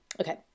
Okay